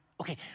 Okay